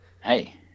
hey